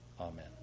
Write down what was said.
amen